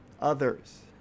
others